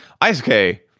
Ice-K